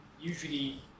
Usually